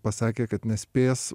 pasakė kad nespės